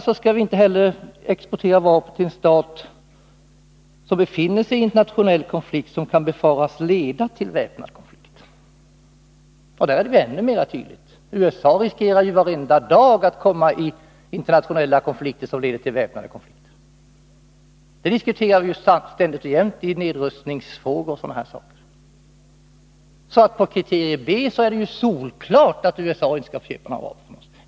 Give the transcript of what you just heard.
Vi kan inte heller exportera vapen till — det är det andra kriteriet — stat som befinner sig i internationell konflikt som kan befaras leda till väpnad konflikt. Där är hindret ännu tydligare. USA riskerar ju varenda dag att komma i internationella konflikter som leder till väpnad konflikt. Det diskuterar vi ju ständigt och jämt i samband med nedrustningsfrågor o. d. Med beaktande av detta kriterium är det solklart att USA inte skall få köpa några vapen av OSS.